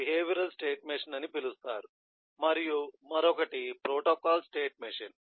1 behavioral state machine అని పిలుస్తారు మరియు మరొకటి ప్రోటోకాల్ స్టేట్ మెషిన్